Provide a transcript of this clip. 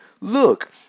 Look